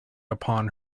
upon